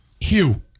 Hugh